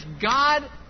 God